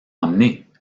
emmener